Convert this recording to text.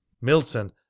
milton